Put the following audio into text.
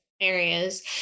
areas